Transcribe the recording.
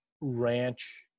ranch